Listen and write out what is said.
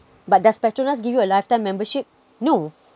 but does petronas give you a lifetime membership no